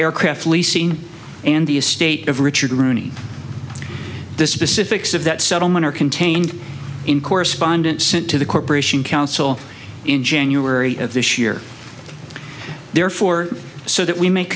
aircraft leasing and the estate of richard rooney the specifics of that settlement are contained in correspondence sent to the corporation counsel in january of this year therefore so that we ma